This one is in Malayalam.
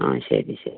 ആ ശരി ശരി